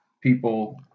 people